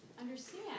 understand